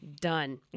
done